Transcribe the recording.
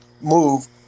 move